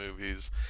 movies